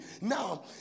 Now